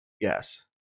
Yes